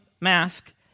mask